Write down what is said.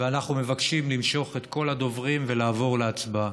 ואנחנו מבקשים למשוך את כל הדוברים ולעבור להצבעה.